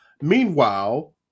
Meanwhile